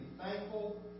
thankful